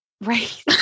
Right